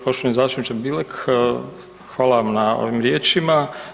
Poštovani zastupniče Bilek, hvala vam na ovim riječima.